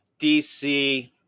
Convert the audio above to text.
DC